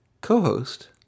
co-host